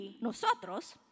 nosotros